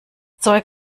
zeug